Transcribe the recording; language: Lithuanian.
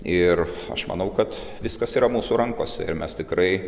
ir aš manau kad viskas yra mūsų rankose ir mes tikrai